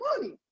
money